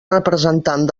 representant